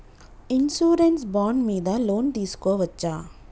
Insurance bond మీద loan తీస్కొవచ్చా?